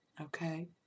Okay